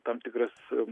tam tikras